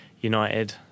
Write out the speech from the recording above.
United